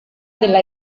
della